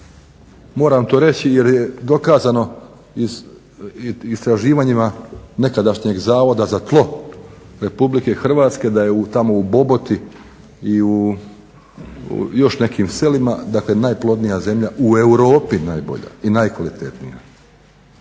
Moram to reći jer je dokazano istraživanjima nekadašnjeg Zavoda za tlo RH da je tamo u Boboti i u još nekim selima najplodnija zemlja u Europi najbolja i najkvalitetnija.